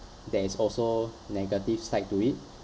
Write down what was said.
there is also negative side to it